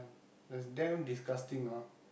that's damn disgusting ah